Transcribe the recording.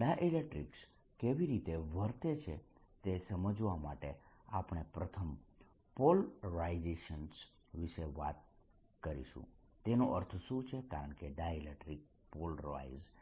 dielectrics કેવી રીતે વર્તે છે તે સમજવા માટે આપણે પ્રથમ પોલરાઇઝેશન વિશે વાત કરીશું તેનો અર્થ શું છે કારણકે ડાયઇલેક્ટ્રીકસ પોલરાઇઝ